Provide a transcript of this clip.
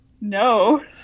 No